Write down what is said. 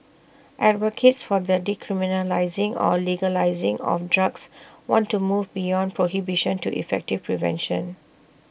advocates for the decriminalising or legalising of drugs want to move beyond prohibition to effective prevention